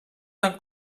tant